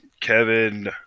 Kevin